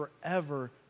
forever